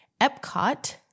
Epcot